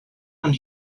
and